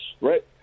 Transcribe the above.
right